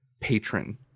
patron